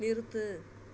நிறுத்து